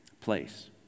place